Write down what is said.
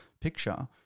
picture